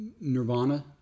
Nirvana